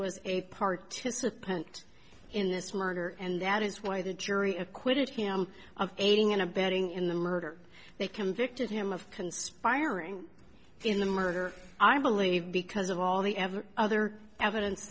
was a participant in this murder and that is why the jury acquitted him of aiding and abetting in the murder they convicted him of conspiring in the murder i believe because of all the every other evidence